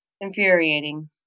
infuriating